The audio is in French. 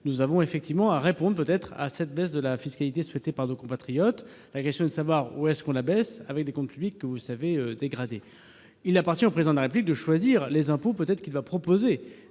Nous devons effectivement répondre à cette baisse de la fiscalité souhaitée par nos compatriotes. La question est de savoir où, avec des comptes publics que vous savez dégradés. Il appartient au Président de la République de choisir les impôts qu'il proposera